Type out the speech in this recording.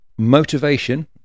motivation